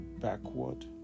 backward